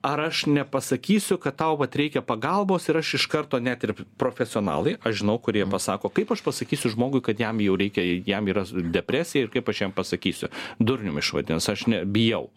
ar aš nepasakysiu kad tau vat reikia pagalbos ir aš iš karto net ir p profesionalai aš žinau kurie pasako kaip aš pasakysiu žmogui kad jam jau reikia jam yra depresija ir kaip aš jam pasakysiu durnium išvadins aš ne bijau